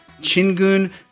Chingun